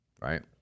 Right